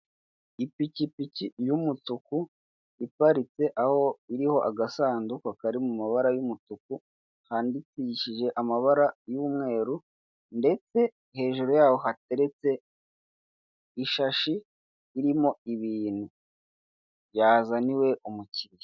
Ipikipiki y'umutuku, iparitse, aho iriho agasanduku kari mu mabara y'umutuku, handikishije amabara y'umweru, ndetse hajuru yaho hateretse ishashi irimo ibintu. Byazaniwe umukiriya.